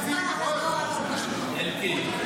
אלקין,